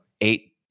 eight